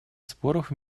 споров